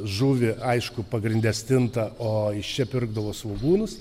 žuvį aišku pagrinde stintą o iš čia pirkdavo svogūnus